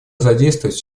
задействовать